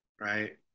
Right